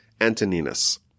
Antoninus